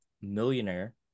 millionaire